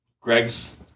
Greg's